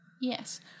yes